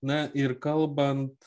na ir kalbant